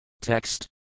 Text